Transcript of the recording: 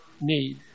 need